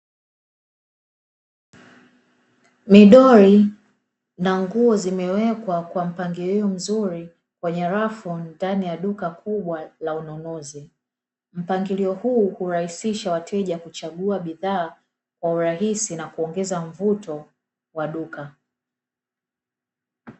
Midoli na nguo zimewekwa kwa mpangilio mzuri kwenye rafu ndani ya duka kubwa la ununuzi, mpangilio huu hurahisisha wateja kuchagua bidhaa kwa urahisi na kuongeza mvuto wa duka.